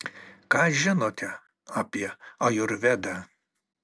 ką žinote apie ajurvedą